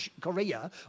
Korea